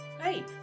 Hey